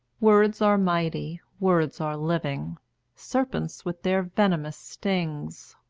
words are mighty, words are living serpents with their venomous stings,